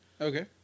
Okay